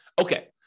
Okay